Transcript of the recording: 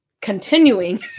continuing